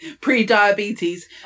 pre-diabetes